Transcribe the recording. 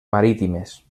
marítimes